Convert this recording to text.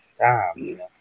time